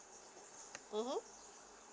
mmhmm